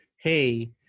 Hey